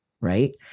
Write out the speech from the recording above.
Right